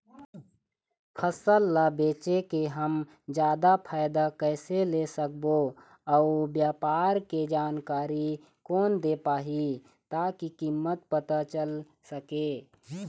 फसल ला बेचे के हम जादा फायदा कैसे ले सकबो अउ व्यापार के जानकारी कोन दे पाही ताकि कीमत पता चल सके?